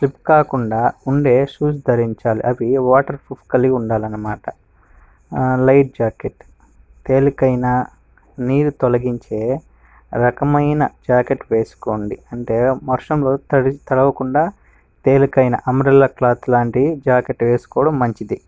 slip కాకుండా ఉండే shoes ధరించాలి అవి వాటర్ప్రూఫ్ కలిగి ఉండాలన్నమాట ఆ లైట్ జాకెట్ తేలికైన నీరు తొలగించే రకమైన జాకెట్ వేసుకోండి అంటే వర్షంలో తడవకుండా తేలికైన అంబ్రెల్లా క్లాత్ లాంటి జాకెట్ వేసుకోవడం మంచిది